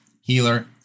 healer